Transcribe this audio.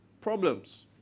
problems